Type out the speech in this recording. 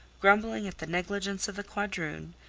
grumbling at the negligence of the quadroon,